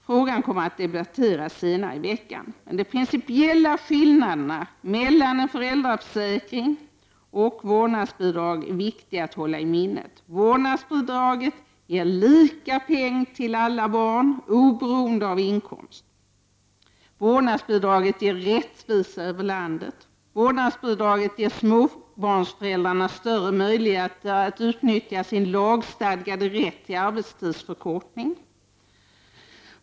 Frågan kommer att debatteras senare i veckan. Men de principiella skillnaderna mellan en föräldraförsäkring och vårdnadsbidrag är viktiga att hålla i minnet. Vårdnadsbidraget ger lika mycket pengar till alla barn oberoende av inkomst. Vårdnadsbidraget ger rättvisa över landet. Vårdnadsbidraget ger småbarnsföräldrarna större möjligheter att utnyttja sin lagstadgade rätt till arbetstidsförkortning.